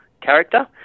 character